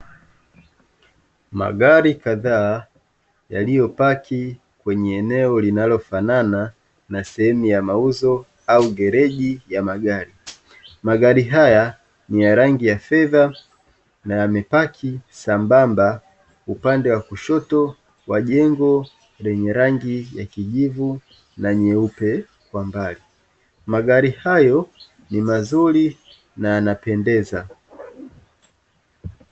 Magari kadhaa yaliyopaki kwenye eneo linalofanana na sehemu ya mauzo au gereji ya magari, magari haya ni ya rangi ya fedha na yamepaki sambamba upande wa kushoto wa jengo lenye rangi ya kijivu na nyeupe kwa mbali magari hayo ni mazuri na yanapendeza.